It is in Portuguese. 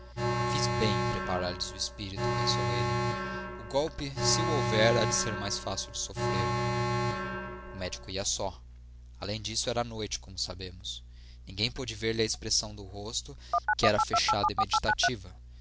fiz bem em preparar lhes o espírito pensou ele o golpe se o houver há de ser mais fácil de sofrer o médico ia só além disso era noite como sabemos ninguém pôde ver-lhe a expressão do rosto que era fechada e meditativa